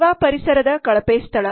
ಸೇವಾಪರಿಸರದ ಕಳಪೆ ಸ್ಥಳ